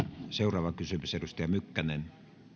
seuraava kysymys edustaja mykkänen